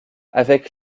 avec